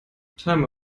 timer